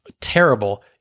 terrible